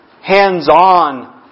hands-on